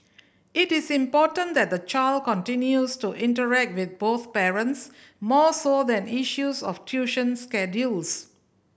it is important that the child continues to interact with both parents more so than issues of tuition schedules